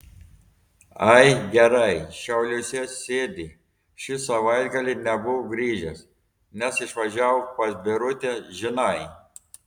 ai gerai šiauliuose sėdi šį savaitgalį nebuvo grįžęs nes išvažiavo pas birutę žinai